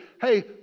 hey